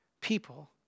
people